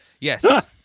Yes